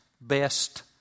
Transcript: best